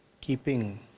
keeping